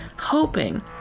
hoping